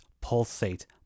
pulsate